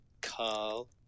Carl